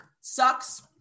sucks